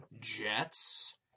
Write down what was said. Jets